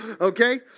okay